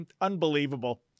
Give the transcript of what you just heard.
Unbelievable